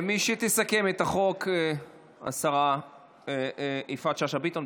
מי שתסכם את החוק היא השרה יפעת שאשא ביטון,